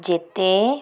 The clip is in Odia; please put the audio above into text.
ଯେତେ